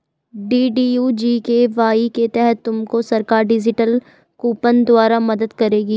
DDU GKY के तहत तुमको सरकार डिजिटल कूपन द्वारा मदद करेगी